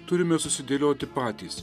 turime susidėlioti patys